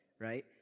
right